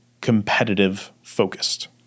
competitive-focused